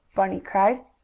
bunny cried.